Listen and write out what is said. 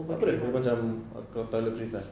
apa dia kira macam oh toiletries ah